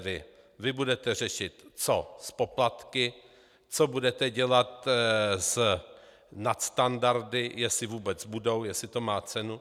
Vy budete řešit, co s poplatky, co budete dělat s nadstandardy, jestli vůbec budou, jestli to má cenu.